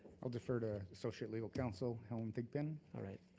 i'll defer to associate legal counsel, helen thigpen. all right.